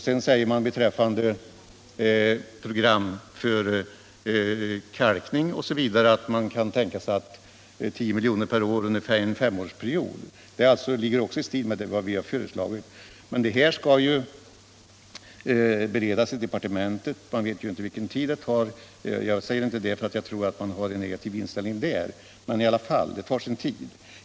Sedan säger man beträffande program för kalkning m.m. att man kan tänka sig 10 miljoner per år under en femårsperiod för detta ändamål. Det ligger också i linje med vad vi har föreslagit. Men detta skall beredas i departementet, och man vet inte hur lång tid det tar. Jag säger detta inte därför att jag tror att man har en negativ inställning i departementet utan helt enkelt därför att beredningen tar sin tid.